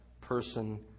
person